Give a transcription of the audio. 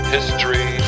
History